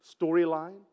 storyline